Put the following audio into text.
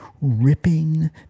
ripping